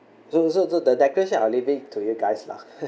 so so so the declaration I'll leave it to your guys lah